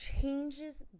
changes